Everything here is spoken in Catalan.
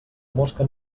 mosca